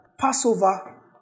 Passover